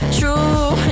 true